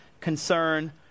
concern